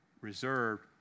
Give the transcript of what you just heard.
reserved